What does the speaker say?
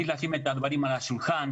צריך לשים את הדברים על השולחן,